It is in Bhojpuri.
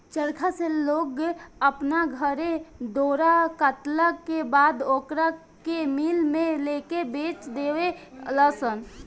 चरखा से लोग अपना घरे डोरा कटला के बाद ओकरा के मिल में लेके बेच देवे लनसन